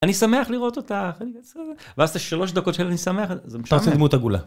אני שמח לראות אותך, ואז אתה שלוש דקות שאני שמח, זה משעמם. אתה רוצה דמות עגולה.